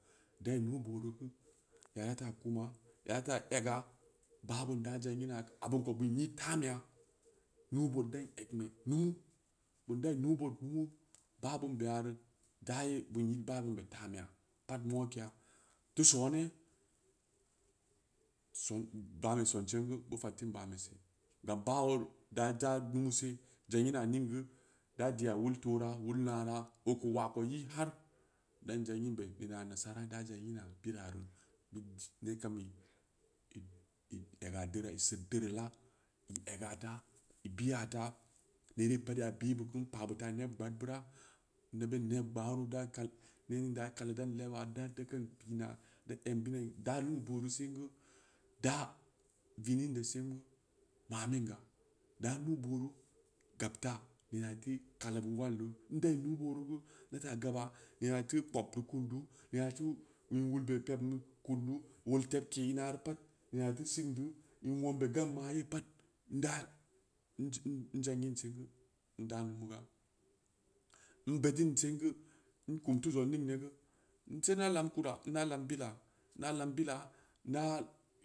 Dan nugoro kin, yara taa kuma, yara ta ega, baa bin da zangina abinko bin yi danbeya tamiya bood dan egnbe numu, bin dan nuu- bood numu baa bin ɓeya reu daaye bin i baa bin be tamiya, pad mokeya, teu sooni, son ban be sensing bu fottin bombese, gam baa oo daa za limu se, zangina ningu da diya wal toora, wul naara, ooko waa ko nyi har dan zanginbe ina nasara da zangina roo bira roo, neb ka’am i’i ega deuruweul sib degeala, i ega taa, i biya taa, mene pad ya ɓibu kun pa’ɓu taa neɓ gɓaad bira, naɓen ned gbaaro da kal, nening da kadeu dan leba, da dakin piina, da em bini daa nuu-booru sin gu, daa vinin be singu maminga, daa nuu- booru gabta nena bu teu kalua wallo, n dayi nuu- ɓooru gu nata gaba nena i teu kpoɓbid kudn du, nena i teu in nuul be pevin bid kudin du, weal tebke ina reu pad nena ira sikn du, in nweng be gamma yee pad inda n zangin sengu nda lumu ga, n beddin singu, n kum teu zang mingni gu, n teuna lam kara na lam bila, na lam bila na.